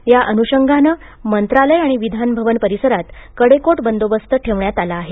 त्या अनुषगाने मंत्रालय आणि विधानभवन परिसरात कडेकोट बंदोबस्त ठेवण्यात आला आहे